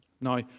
Now